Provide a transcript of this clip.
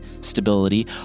stability